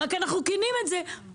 אלא שאנחנו רק קונים את זה בפחות.